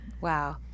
Wow